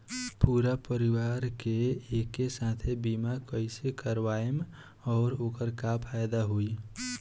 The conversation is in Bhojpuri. पूरा परिवार के एके साथे बीमा कईसे करवाएम और ओकर का फायदा होई?